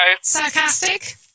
sarcastic